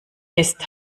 ist